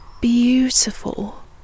beautiful